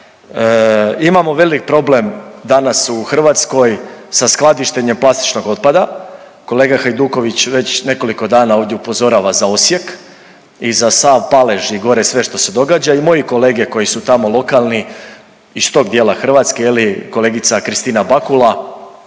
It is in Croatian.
Imamo velik problem danas u Hrvatskoj sa skladištenjem plastičnog otpada. Kolega Hajduković već nekoliko dana ovdje upozorava za Osijek i za sav palež i gore sve što se događa. I moji kolege koji su tamo lokalni iz tog dijela Hrvatske, je li, kolegica Kristina Bakula